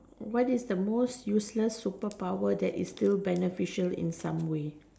what is the most useless super power that is still beneficial in some way